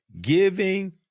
giving